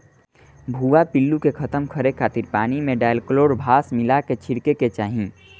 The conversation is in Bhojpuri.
भुआ पिल्लू के खतम करे खातिर पानी में डायकलोरभास मिला के छिड़के के चाही